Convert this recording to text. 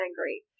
angry